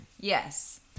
Yes